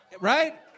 Right